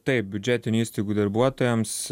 taip biudžetinių įstaigų darbuotojams